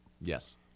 Yes